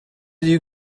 you